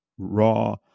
raw